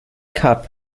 kap